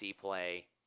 play